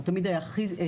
הוא תמיד היה כימיה,